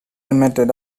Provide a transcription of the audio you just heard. emitted